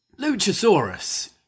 Luchasaurus